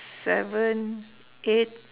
seven eight